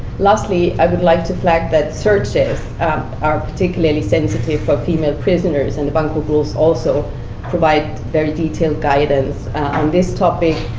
lastly, i would like to flag that searches are particularly sensitive for female prisoners, and the bangkok rules also provide very detailed guidance on this topic.